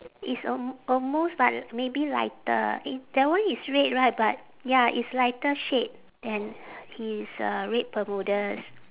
it's al~ almost but l~ maybe lighter eh that one is red right but ya it's lighter shade than his uh red bermudas